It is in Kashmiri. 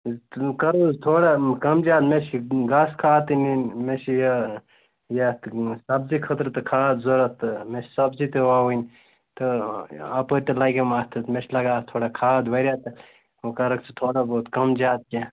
کر حظ تھوڑا کَم زیادٕ مےٚ چھِ گاسہٕ کھاد تہِ نِنۍ مےٚ چھِ یہِ یَتھ سبزی خٲطرٕ تہِ کھاد ضرَوٗرت تہٕ مےٚ چھِ سبزی تہِ ووٕنۍ تہٕ آپٲرۍ تہِ لگٮ۪م اَتھ مےٚ چھِ لاگان اَتھ تھوڑا کھاد وارِیاہ تہٕ وۅنۍ کرَکھ ژٕ تھوڑا بہت کَم زیادٕ کیٚنٛہہ